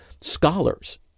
scholars